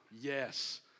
yes